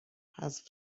حذف